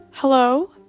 hello